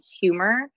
humor